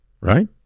Right